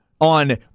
On